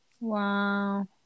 Wow